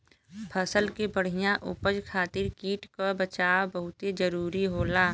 फसल के बढ़िया उपज खातिर कीट क बचाव बहुते जरूरी होला